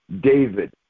David